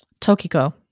Tokiko